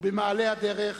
ובמעלה הדרך